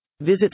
Visit